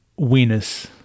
weenus